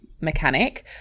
mechanic